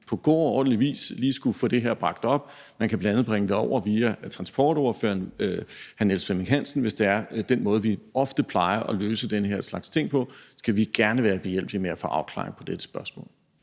på god og ordentlig vis lige skulle få det her bragt op. Man kan bl.a. bringe det over via transportordføreren, hr. Niels Flemming Hansen, hvis det er. Det er den måde, vi plejer at løse den her slags ting på, og vi skal gerne være behjælpelige med at få afklaring på dette spørgsmål.